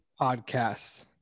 podcasts